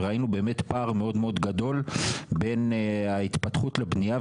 וראינו באמת פער מאוד מאוד גדול בין ההתפתחות לבנייה.